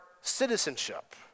citizenship